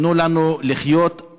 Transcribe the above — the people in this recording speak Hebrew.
תנו לנו לחיות,